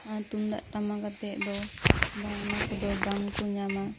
ᱛᱩᱢᱫᱟᱜ ᱴᱟᱢᱟᱠ ᱟᱛᱮᱫ ᱫᱚ ᱵᱟᱝ ᱚᱱᱟ ᱠᱚᱫᱚ ᱵᱟᱝᱠᱚ ᱧᱟᱢᱟ